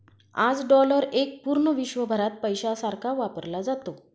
आज डॉलर एक पूर्ण विश्वभरात पैशासारखा वापरला जातो